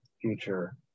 future